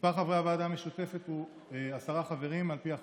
מספר חברי הוועדה המשותפת הוא עשרה חברים על פי החוק,